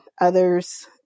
others –